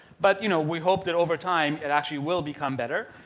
but you know we hope that, over time, it actually will become better.